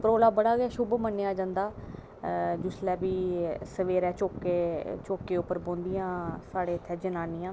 परोला बड़ा गै शुभ मन्नेआ जंदा ते जिसलै बी सबैह्रे चौके उप्पर बौहंदियां साढ़े उत्थें जनानियां